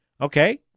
okay